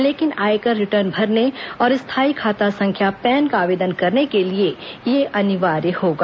लेकिन आयकर रिटर्न भरने और स्थायी खाता संख्या पैन का आवेदन करने के लिए यह अनिवार्य होगा